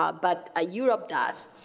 ah but ah europe does.